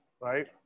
right